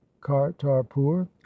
kartarpur